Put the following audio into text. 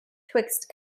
twixt